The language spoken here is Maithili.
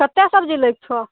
कतेक सबजी लै कऽ छओ